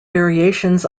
variations